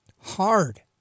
hard